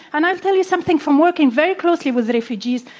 and i'll tell you something. from working very closely with the refugees,